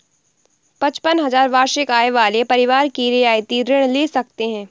पचपन हजार वार्षिक आय वाले परिवार ही रियायती ऋण ले सकते हैं